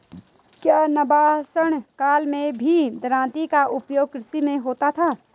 क्या नवपाषाण काल में भी दरांती का उपयोग कृषि में होता था?